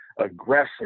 aggressive